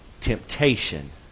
temptation